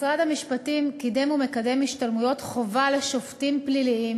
משרד המשפטים קידם ומקדם השתלמויות חובה לשופטים פליליים